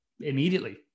immediately